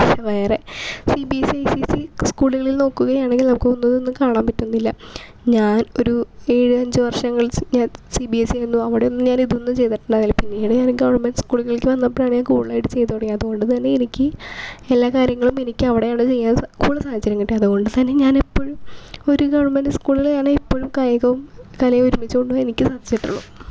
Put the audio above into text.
പക്ഷെ വേറെ C B S C I C I C സ്കൂളുകളില് നോക്കുകയാണെങ്കില് നമ്മൾക്ക് ഒന്നും ഒന്നും കാണാന് പറ്റുന്നില്ല ഞാന് ഒരു ഏഴ് അഞ്ച് വര്ഷങ്ങള് ഞാന് സി ബി എസ് സിയിൽ നിന്നു അവിടെ ഒന്നും ഞാനിതൊന്നും ചെയ്തിട്ടുണ്ടാര്ന്നില്ല പിന്നീട് ഞാന് ഗവണ്മെന്റ് സ്കൂളുകളിലേക്ക് വന്നപ്പൊഴാണ് ഞാന് കൂടുതലായിട്ട് ചെയ്ത് തുടങ്ങിയത് അതുകൊണ്ടു തന്നെ എനിക്ക് എല്ലാ കാര്യങ്ങളും എനിക്ക് അവിടെയാണ് ചെയ്യാന് കൂടുതല് സാഹചര്യം കിട്ടിയത് അതുകൊണ്ടു തന്നെ ഞാനെപ്പൊഴും ഒരു ഗവണ്മെന്റ് സ്കൂളില് ഞാനെപ്പൊഴും കായികവും കലയും ഒരുമിച്ച് കൊണ്ടുപോവാന് എനിക്ക് സാധിച്ചിട്ടുള്ളൂ